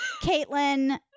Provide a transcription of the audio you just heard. Caitlin